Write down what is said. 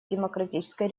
демократической